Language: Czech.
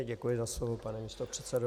Děkuji za slovo, pane místopředsedo.